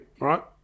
right